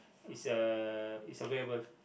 is a is available